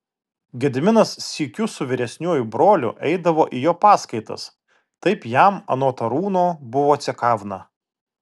gediminas sykiu su vyresniuoju broliu eidavo į jo paskaitas taip jam anot arūno buvo cekavna